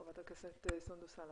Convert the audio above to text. חברת הכנסת סונדוס סאלח.